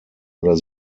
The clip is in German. oder